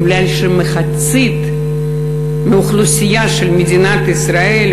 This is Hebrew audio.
מכיוון שמחצית מהאוכלוסייה של מדינת ישראל,